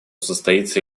состоится